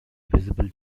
visible